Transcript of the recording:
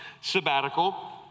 sabbatical